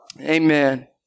Amen